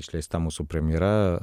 išleista mūsų premjera